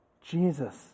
Jesus